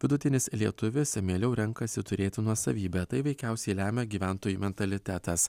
vidutinis lietuvis mieliau renkasi turėti nuosavybę tai veikiausiai lemia gyventojų mentalitetas